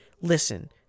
Listen